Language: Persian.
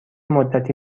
مدتی